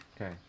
Okay